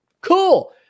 Cool